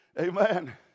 Amen